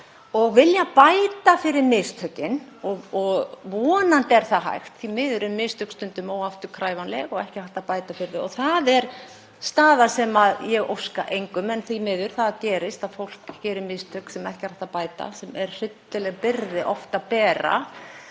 og vilja bæta fyrir mistökin og vonandi er það hægt. Því miður eru mistök stundum óafturkræf og ekki hægt að bæta fyrir þau að fullu. Það er staða sem ég óska engum. En því miður gerist það að fólk gerir mistök sem ekki er hægt að bæta, sem er oft hryllileg byrði að bera.